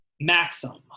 maxim